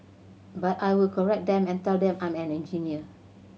but I will correct them and tell them I'm an engineer